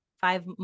five